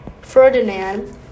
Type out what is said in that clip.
Ferdinand